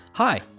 Hi